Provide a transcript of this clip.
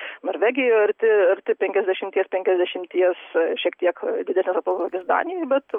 norvegijoj arti arti penkiasdešimties penkiasdešimties šiek tiek didesnis atotrūkis danijoj bet